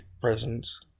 presence